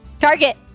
target